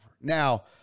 Now